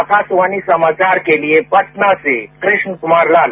आकाशवाणी समाचार के लिए पटना से कृष्ण कुमार लाल